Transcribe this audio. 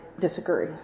disagree